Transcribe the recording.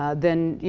ah then, yeah